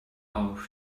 other